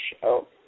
Show